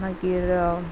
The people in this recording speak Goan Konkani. मागीर